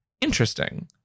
Interesting